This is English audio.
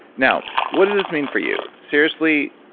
now, what does this mean for you? seriously,